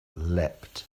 leapt